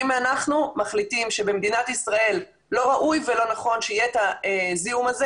אם אנחנו מחליטים שבמדינת ישראל לא ראוי ולא נכון שיהיה את הזיהום הזה